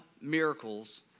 miracles